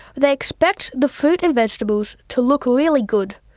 they expect the fruits and vegetables to look really good,